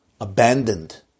abandoned